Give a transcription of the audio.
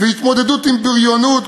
והתמודדות עם בריונות,